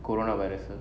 corona viruses